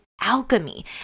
alchemy